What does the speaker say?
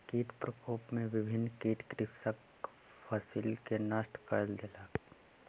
कीट प्रकोप में विभिन्न कीट कृषकक फसिल के नष्ट कय देलक